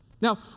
Now